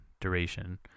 duration